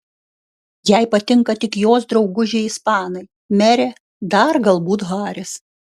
jai patinka tik jos draugužiai ispanai merė dar galbūt haris